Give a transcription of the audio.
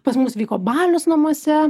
pas mus vyko balius namuose